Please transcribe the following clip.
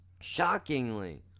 Shockingly